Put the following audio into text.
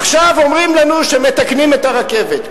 עכשיו אומרים לנו שמתקנים את הרכבת.